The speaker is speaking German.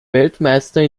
weltmeister